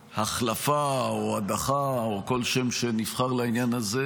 החלפה או הדחה או כל שם שנבחר לעניין הזה,